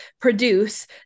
produce